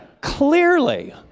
clearly